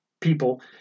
people